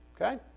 Okay